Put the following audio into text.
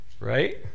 Right